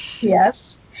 yes